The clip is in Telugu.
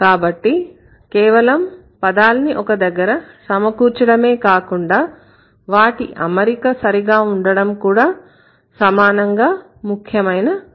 కాబట్టి కేవలం పదాల్ని ఒక దగ్గర సమకూర్చడమే కాకుండా వాటి అమరిక సరిగా ఉండడం కూడా సమానంగా ముఖ్యమైన విషయం